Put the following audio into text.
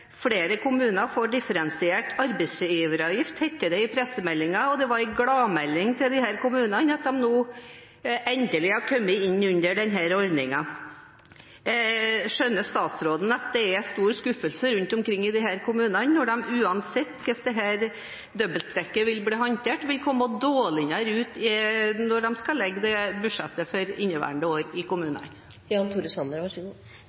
flere kommuner får differensiert arbeidsgiveravgift – som det het i pressemeldingen. Det var en gladmelding til disse kommunene at de nå endelig har kommet inn under denne ordningen. Skjønner statsråden at det er stor skuffelse rundt omkring i disse kommunene når de uansett hvordan dette dobbelttrekket vil bli håndtert, vil komme dårligere ut når de skal legge budsjettet for inneværende år i